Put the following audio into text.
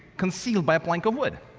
concealed by a plank of wood.